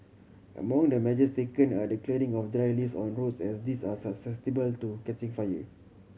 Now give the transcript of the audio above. among the measures taken are the clearing of dry leaves on roads as these are susceptible to catching fire